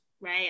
right